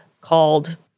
called